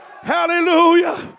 Hallelujah